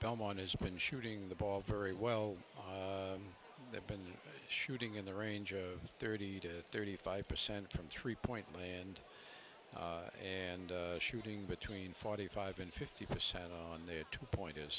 belmont has been shooting the ball very well and they've been shooting in the range of thirty to thirty five percent from three point land and shooting between forty five and fifty percent on their two point is